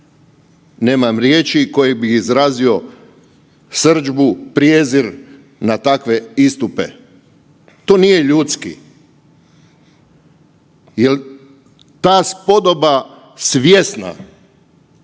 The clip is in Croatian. nemam riječi kojim bih izrazio srdžbu, prijezir na takve istupe. To nije ljudski. Jel ta spodoba svjesna